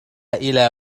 إلى